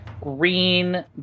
green